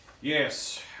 Yes